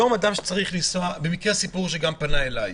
שקשור גם לסיפור שפנו אליי.